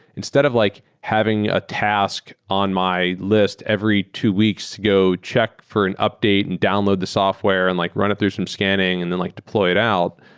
instead of like having a task on my list every two weeks, go check for an update and download the software and like run it through some scanning and then like deploy it out,